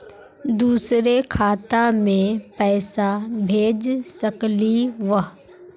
दुसरे खाता मैं पैसा भेज सकलीवह?